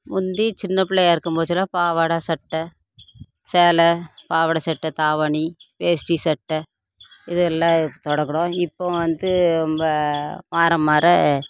முந்தி சின்ன புள்ளையாக இருக்கும் போச்சுல பாவாடை சட்டை சேலை பாவாடை சட்டை தாவணி வேஷ்டி சட்டை இதெல்லாம் தொடங்கினோம் இப்போ வந்து மாற மாற